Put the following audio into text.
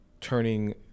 turning